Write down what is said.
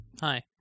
Hi